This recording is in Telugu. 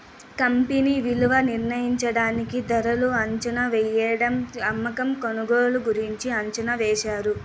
కంపెనీ విలువ నిర్ణయించడానికి ధరలు అంచనావేయడం అమ్మకం కొనుగోలు గురించి అంచనా వేశారు